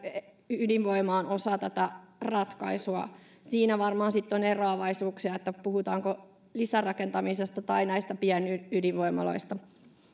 ydinvoima on osa tätä ratkaisua siinä varmaan sitten on eroavaisuuksia puhutaanko lisärakentamisesta tai näistä pienydinvoimaloista